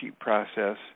process